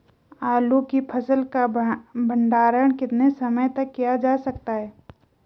आलू की फसल का भंडारण कितने समय तक किया जा सकता है?